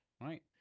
right